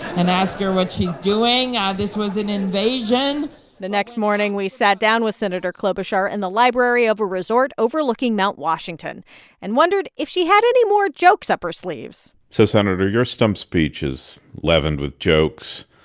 and ask her what she's doing. ah this was an invasion the next morning, we sat down with senator klobuchar in the library of a resort overlooking mount washington and wondered if she had any more jokes up her sleeves so, senator, your stump speech is leavened with jokes.